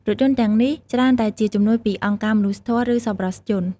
រថយន្តទាំងនេះច្រើនតែជាជំនួយពីអង្គការមនុស្សធម៌ឬសប្បុរសជន។